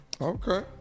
Okay